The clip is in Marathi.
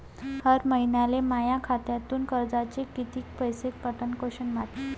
हर महिन्याले माह्या खात्यातून कर्जाचे कितीक पैसे कटन?